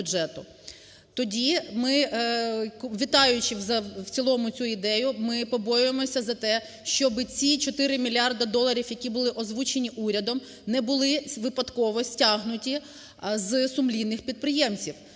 Тоді ми, вітаючи в цілому цю ідею, ми побоюємося за те, щоби ці 4 мільярди доларів, які були озвучені урядом, не були випадково стягнуті з сумлінних підприємців